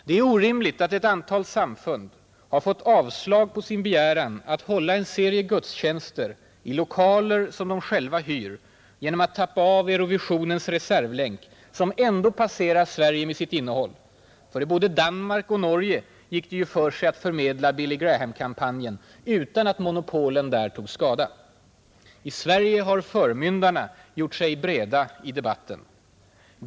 Det är orimligt att ett antal samfund har fått avslag på sin begäran att hålla en serie gudstjänster i lokaler som de själva hyr genom att tappa av Eurovisionens reservlänk, som ändå passerar Sverige med sitt innehåll. I både Danmark och Norge gick det ju för sig att förmedla Billy Graham-kampanjen utan att monopolen där tog skada. I Sverige har förmyndarna gjort sig breda i debatten.